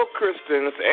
Christians